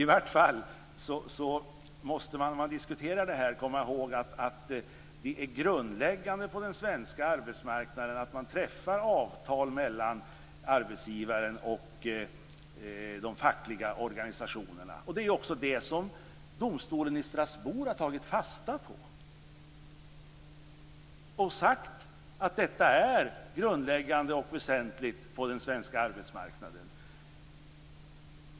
I vart fall måste man när man diskuterar detta komma ihåg att det är grundläggande på den svenska arbetsmarknaden att man träffar avtal mellan arbetsgivaren och de fackliga organisationerna. Det är också det som domstolen i Strasbourg har tagit fasta på. Den har sagt att detta är grundläggande och väsentligt på den svenska arbetsmarknaden.